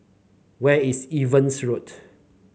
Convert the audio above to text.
where is Evelyn's Road